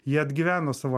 jie atgyveno savo